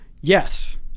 Yes